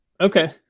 Okay